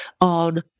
on